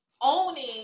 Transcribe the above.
owning